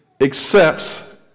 accepts